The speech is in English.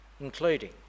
including